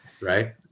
right